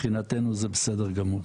מבחינתנו זה בסדר גמור.